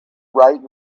right